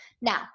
Now